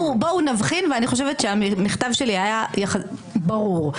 אני חושבת שהמכתב שלי היה ברור.